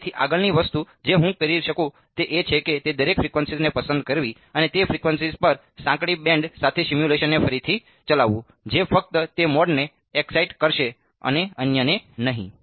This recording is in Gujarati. અને તેથી આગળની વસ્તુ જે હું કરી શકું તે એ છે કે તે દરેક ફ્રીક્વન્સીઝને પસંદ કરવી અને તે ફ્રીક્વન્સીઝ પર સાંકડી બેન્ડ સાથે સિમ્યુલેશનને ફરીથી ચલાવવું જે ફક્ત તે મોડને એક્સાઈટ કરશે અને અન્યને નહીં